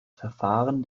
verfahren